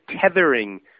tethering